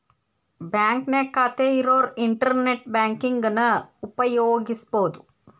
ಬಾಂಕ್ನ್ಯಾಗ ಖಾತೆ ಇರೋರ್ ಇಂಟರ್ನೆಟ್ ಬ್ಯಾಂಕಿಂಗನ ಉಪಯೋಗಿಸಬೋದು